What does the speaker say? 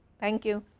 thank you.